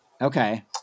okay